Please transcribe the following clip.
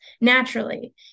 naturally